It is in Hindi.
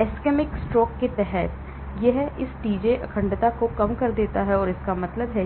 इस्केमिक स्ट्रोक के तहत यह इस टीजे अखंडता को कम कर देता है इसका मतलब है